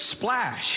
Splash